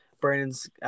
Brandon's